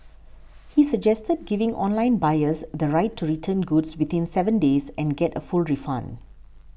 he suggested giving online buyers the right to return goods within seven days and get a full refund